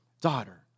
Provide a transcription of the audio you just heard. daughter